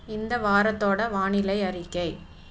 இந்த வாரத்தோட வானிலை அறிக்கை